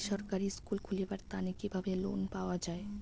বেসরকারি স্কুল খুলিবার তানে কিভাবে লোন পাওয়া যায়?